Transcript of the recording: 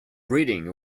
breeding